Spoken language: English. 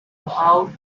out